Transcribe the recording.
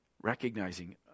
recognizing